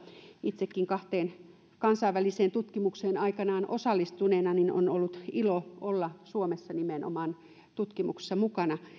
itsekin kahteen kansainväliseen tutkimukseen aikanaan osallistuneena on ollut ilo olla nimenomaan suomessa tutkimuksessa mukana